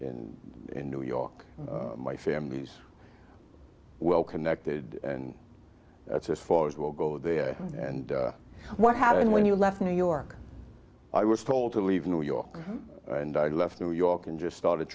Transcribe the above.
in new york my family's well connected and that's as far as will go there and what happened when you left new york i was told to leave new york and i left new york and just started